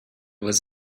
was